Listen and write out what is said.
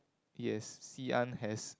yes Xi-an has